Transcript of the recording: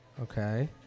okay